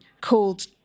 called